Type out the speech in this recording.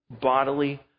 bodily